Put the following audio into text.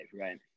Right